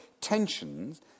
tensions